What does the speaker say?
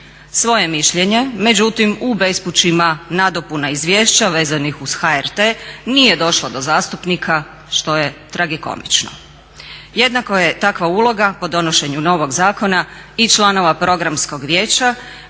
svoje mišljenje. Međutim, u bespućima nadopuna izvješća vezanih uz HRT nije došlo do zastupnika što je tragikomično. Jednako je takva uloga po donošenju novog zakona i članova Programskog vijeća